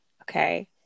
Okay